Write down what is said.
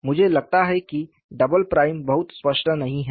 मुझे लगता है कि डबल प्राइम बहुत स्पष्ट नहीं है